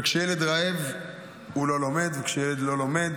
וכשילד רעב הוא לא לומד, וכשילד לא לומד